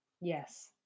Yes